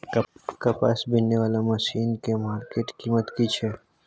कपास बीनने वाला मसीन के मार्केट कीमत की छै?